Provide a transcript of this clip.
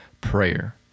prayer